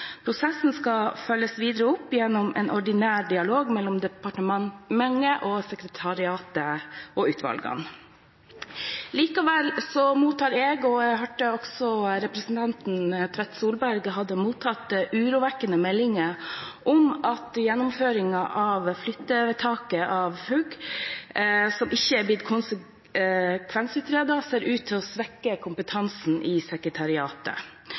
Prosessen skal følges videre opp gjennom en ordinær dialog mellom departementet og sekretariatet og utvalgene. Likevel mottar jeg – og også representanten Tvedt Solberg, hørte jeg – urovekkende meldinger om at gjennomføringen av flyttevedtaket når det gjelder FUG, som ikke er blitt konsekvensutredet, ser ut til å svekke kompetansen i sekretariatet.